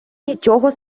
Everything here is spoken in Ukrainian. нічого